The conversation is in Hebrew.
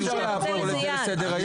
איך אתה נותן לזה יד?